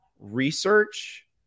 research